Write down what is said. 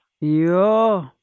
yo